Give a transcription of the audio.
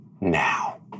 now